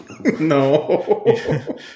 No